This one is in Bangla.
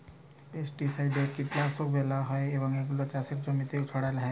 পেস্টিসাইডকে কীটলাসক ব্যলা হ্যয় এবং এগুলা চাষের জমিল্লে ছড়াল হ্যয়